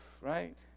right